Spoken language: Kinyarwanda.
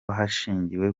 hashingiwe